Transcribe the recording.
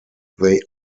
they